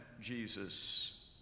JESUS